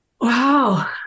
Wow